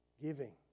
giving